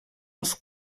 uns